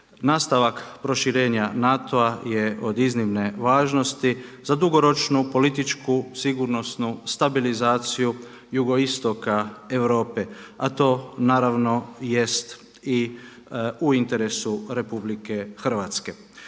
Nastavak proširenja NATO-a je od iznimne važnosti za dugoročnu političku sigurnosnu stabilizaciju jugoistoka Europe, a to naravno jest i u interesu Republike Hrvatske.